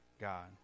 God